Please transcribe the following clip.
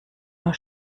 nur